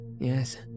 Yes